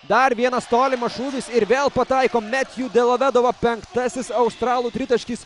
dar vienas tolimas šūvis ir vėl pataiko metju delovedova penktasis australų tritaškis